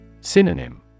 Synonym